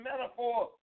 metaphor